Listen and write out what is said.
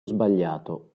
sbagliato